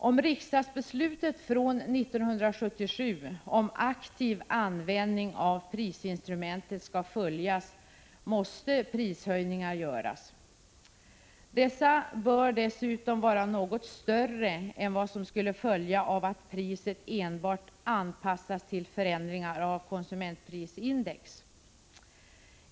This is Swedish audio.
Om riksdagsbeslutet från 1977 om aktiv användning av prisinstrumentet skall följas, måste prishöjningar göras. Dessa bör dessutom vara något större än vad som skulle följa av att priset enbart anpassas till förändringar av konsumentprisindex.